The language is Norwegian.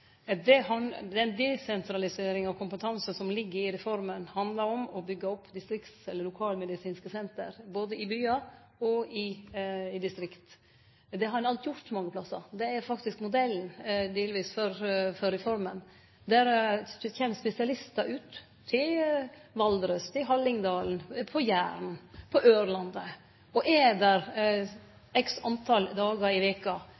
kompetanse følgjande: Den desentraliseringa av kompetanse som ligg i reforma, handlar om å byggje opp lokalmedisinske senter, både i byar og i distrikt. Det har ein alt gjort mange plassar. Det er faktisk modellen, delvis, for reforma. Det kjem spesialistar ut – til Valdres, til Hallingdal, til Jæren, til Ørlandet – og er der nokre dagar i veka